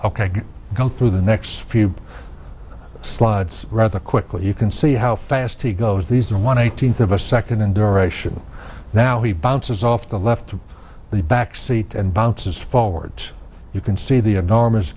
ok go through the next few slides rather quickly you can see how fast he goes these are one eighteenth of a second in duration now he bounces off the left through the backseat and bounces forwards you can see the enormous